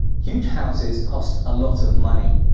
huge houses cost a lot of money.